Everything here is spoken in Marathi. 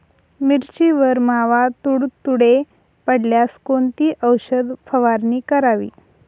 मिरचीवर मावा, तुडतुडे पडल्यास कोणती औषध फवारणी करावी?